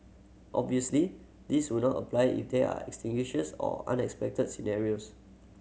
obviously this will not apply if there are extinguishes or unexpected scenarios